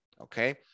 okay